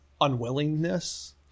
unwillingness